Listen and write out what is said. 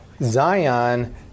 Zion